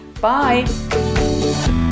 Bye